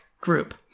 group